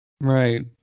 Right